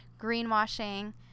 Greenwashing